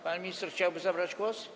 Pan minister chciałby zabrać głos?